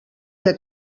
que